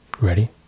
Ready